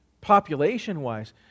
population-wise